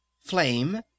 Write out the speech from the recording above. Flame